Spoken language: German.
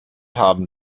haben